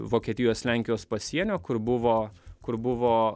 vokietijos lenkijos pasienio kur buvo kur buvo